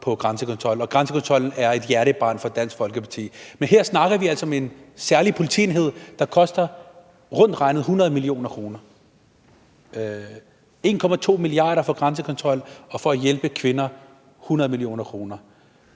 på grænsekontrol. Og grænsekontrollen er et hjertebarn for Dansk Folkeparti. Men her snakker vi altså om en særlig politienhed, der rundt regnet koster 100 mio. kr. 1,2 mia. kr. for grænsekontrol og 100 mio. kr. for at hjælpe kvinder.